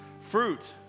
fruit